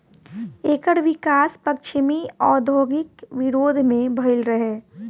एकर विकास पश्चिमी औद्योगिक विरोध में भईल रहे